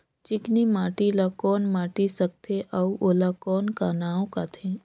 चिकनी माटी ला कौन माटी सकथे अउ ओला कौन का नाव काथे?